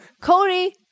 cody